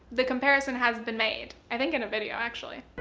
the comparison has been made. i think in a video, actually.